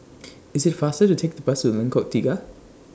IT IS faster to Take The Bus to Lengkok Tiga